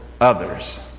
others